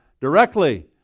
directly